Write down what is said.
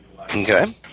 Okay